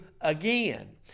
again